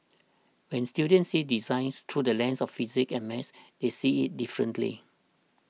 when students see designs through the lens of physics and maths they see it differently